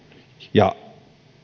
ja